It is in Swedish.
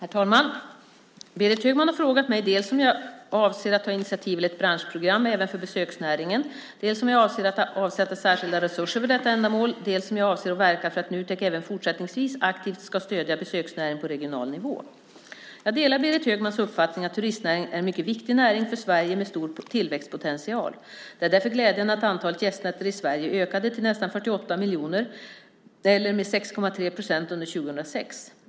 Herr talman! Berit Högman har frågat mig dels om jag avser att ta initiativ till ett branschprogram även för besöksnäringen, dels om jag avser att avsätta särskilda resurser för detta ändamål, dels om jag avser att verka för att Nutek även fortsättningsvis aktivt ska stödja besöksnäringen på regional nivå. Jag delar Berit Högmans uppfattning att turistnäringen är en mycket viktig näring för Sverige med stor tillväxtpotential. Det är därför glädjande att antalet gästnätter i Sverige ökade till nästan 48 miljoner eller med 6,3 procent under 2006.